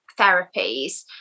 therapies